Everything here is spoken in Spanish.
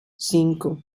cinco